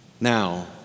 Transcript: now